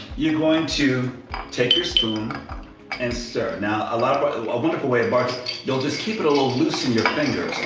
you're going to take your spoon and stir. now, a lot of but a wonderful way of but you'll just keep it a little loose in your fingers,